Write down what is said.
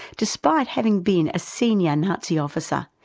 despite having been a senior nazi officer,